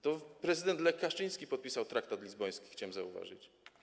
To prezydent Lech Kaczyński podpisał traktat lizboński, chciałbym zauważyć.